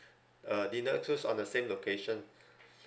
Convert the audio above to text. uh dinner cruise on the same location